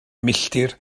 milltir